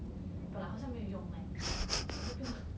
but 好像没有用 leh